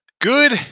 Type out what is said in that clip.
good